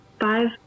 five